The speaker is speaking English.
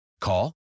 Call